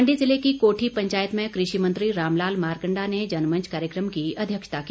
मण्डी ज़िले की कोठी पंचायत में कृषि मंत्री रामलाल मारकण्डा ने जनमंच कार्यक्रम की अध्यक्षता की